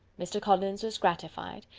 mr. collins was gratified,